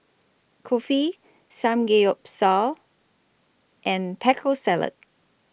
Kulfi Samgeyopsal and Taco Salad